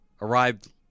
arrived